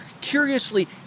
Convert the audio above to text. curiously